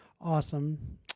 Awesome